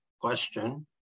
question